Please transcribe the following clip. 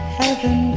heaven